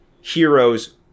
heroes